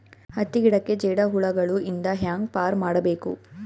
ಹತ್ತಿ ಗಿಡಕ್ಕೆ ಜೇಡ ಹುಳಗಳು ಇಂದ ಹ್ಯಾಂಗ್ ಪಾರ್ ಮಾಡಬೇಕು?